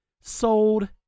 Sold